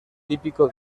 típico